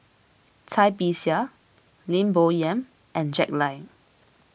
Cai Bixia Lim Bo Yam and Jack Lai